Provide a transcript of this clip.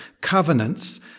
covenants